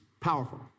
powerful